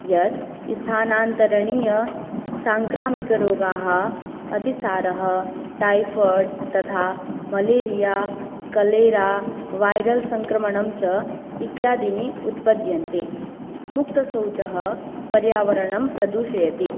यत् स्थानान्तरणीयसाङ्क्रामिकरोगाः अतिसारः टैफा़य्ड् तथा मलेरिया कलेरा वैरल्सङ्क्रमणं च इत्यादीनि उत्पद्यन्ते मुक्तशौचः पर्यावरणं प्रदूषयति